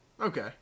Okay